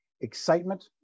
excitement